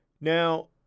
Now